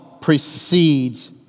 precedes